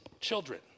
children